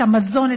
את המזון,